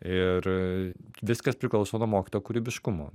ir viskas priklauso nuo mokytojo kūrybiškumo